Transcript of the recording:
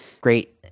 great